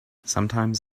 sometimes